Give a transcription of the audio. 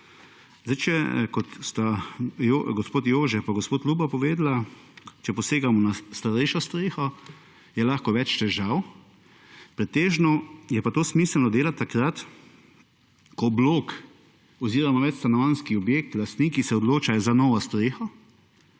sedaj, če kot sta gospod Jože pa gospod Ljubo povedala, če posegamo na starejšo streho je lahko več težav pretežno je pa to smiselno delati takrat, ko blok oziroma več stanovanjski objekt, lastniki se odločajo za novo streho